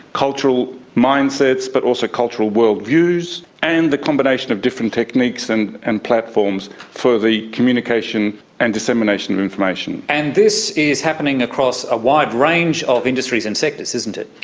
cultural mindsets, but also cultural worldviews, and the combination of different techniques and and platforms for the communication and dissemination of information. and this is happening across a wide range of industries and sectors, isn't it.